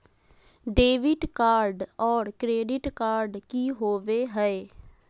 Debit card और credit card की होवे हय?